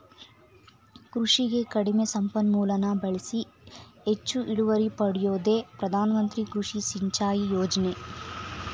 ಕೃಷಿಗೆ ಕಡಿಮೆ ಸಂಪನ್ಮೂಲನ ಬಳ್ಸಿ ಹೆಚ್ಚು ಇಳುವರಿ ಪಡ್ಯೋದೇ ಪ್ರಧಾನಮಂತ್ರಿ ಕೃಷಿ ಸಿಂಚಾಯಿ ಯೋಜ್ನೆ